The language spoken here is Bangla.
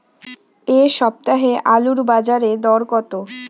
এ সপ্তাহে আলুর বাজারে দর কত?